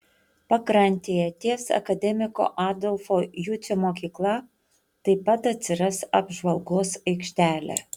pakrantėje ties akademiko adolfo jucio mokykla taip pat atsiras apžvalgos aikštelė